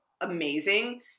amazing